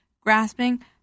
grasping